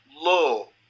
Low